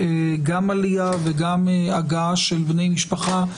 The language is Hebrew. גם של עלייה וגם הגעה של בני משפחה.